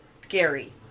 Scary